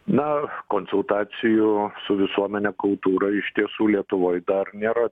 na konsultacijų su visuomene kultūra iš tiesų lietuvoj dar nėra